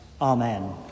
Amen